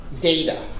data